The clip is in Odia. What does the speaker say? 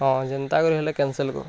ହଁ ଯେନ୍ତା କରି ହେଲେ କ୍ୟାନ୍ସଲ୍ କର